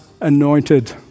anointed